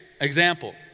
example